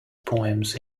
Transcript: poems